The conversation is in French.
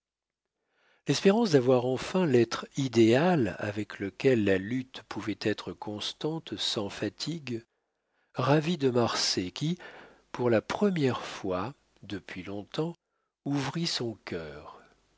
l'espérance d'avoir enfin l'être idéal avec lequel la lutte pouvait être constante sans fatigue ravit de marsay qui pour la première fois depuis long-temps ouvrit son cœur